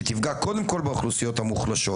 שתפגע קודם כל באוכלוסיות המוחלשות.